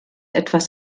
etwas